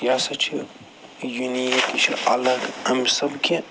یہِ ہسا چھِ یُنیٖک یہِ چھِ الگ اَمہِ حساب کہِ